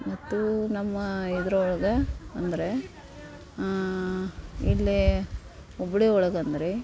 ಮತ್ತು ನಮ್ಮ ಇದ್ರೊಳ್ಗೆ ಅಂದರೆ ಇಲ್ಲಿ ಹುಬ್ಬಳ್ಳಿ ಒಳಗೆ ಅಂದಿರಿ